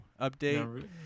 update